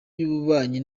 y’ububanyi